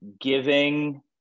giving